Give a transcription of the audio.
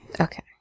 Okay